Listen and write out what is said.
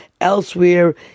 elsewhere